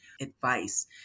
advice